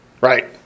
right